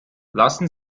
lassen